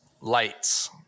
lights